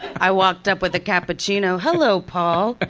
i walked up with a cappuccino, hello paul.